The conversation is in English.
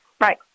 Right